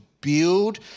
build